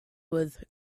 with